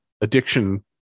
addiction